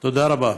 תודה רבה.